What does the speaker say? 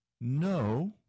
no